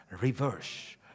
Reverse